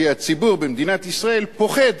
כי הציבור במדינת ישראל פוחד